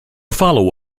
follow